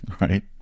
right